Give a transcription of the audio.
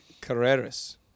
Carreras